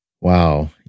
Wow